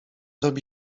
robi